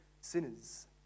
sinners